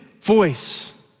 voice